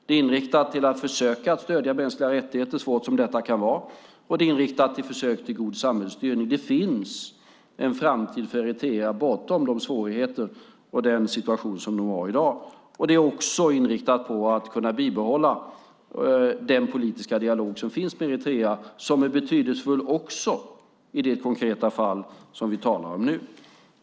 Det är inriktat på att försöka stödja mänskliga rättigheter, svårt som detta kan vara, och det är inriktat på försök till god samhällsstyrning. Det finns en framtid för Eritrea bortom de svårigheter och den situation som landet har i dag. Det är också inriktat på att kunna bibehålla den politiska dialog som finns med Eritrea, som är betydelsefull också i det konkreta fall som vi talar om nu.